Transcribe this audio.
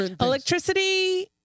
Electricity